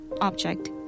object